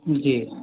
जी